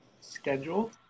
Schedule